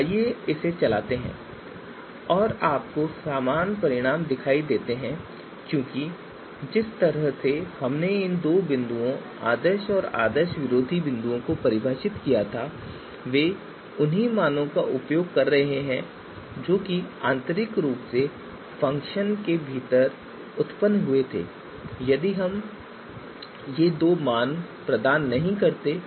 आइए इसे चलाते हैं और आपको समान परिणाम दिखाई देते हैं क्योंकि जिस तरह से हमने इन दो बिंदुओं आदर्श और विरोधी आदर्श बिंदुओं को परिभाषित किया था वे उन्हीं मानों का उपयोग कर रहे थे जो आंतरिक रूप से फ़ंक्शन के भीतर उत्पन्न हुए थे यदि हम ये दो मान प्रदान नहीं करते हैं